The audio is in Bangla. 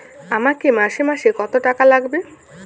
আমাকে মাসে মাসে কত টাকা লাগবে?